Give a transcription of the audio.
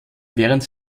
während